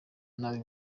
nabi